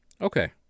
Okay